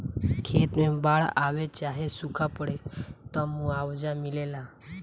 खेत मे बाड़ आवे चाहे सूखा पड़े, त मुआवजा मिलेला